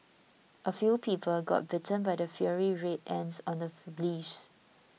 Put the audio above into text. a few people got bitten by the fiery Red Ants on the leaves